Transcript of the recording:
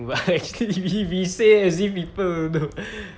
!wah! actually we we say as if people would know